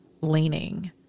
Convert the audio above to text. leaning